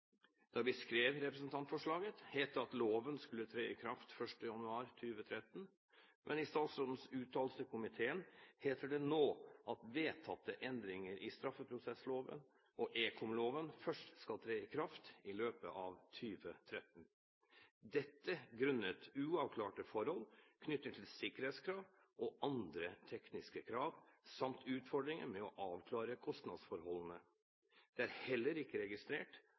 Da vi skrev representantforslaget, het det at loven skulle tre i kraft 1. januar 2013, men i statsrådens uttalelse til komiteen heter det nå at vedtatte endringer i straffeprosessloven og ekomloven først skal tre i kraft i løpet av 2013 – dette grunnet uavklarte forhold knyttet til sikkerhetskrav og andre tekniske krav samt utfordringer med å avklare kostnadsforholdene. Det er heller ikke registrert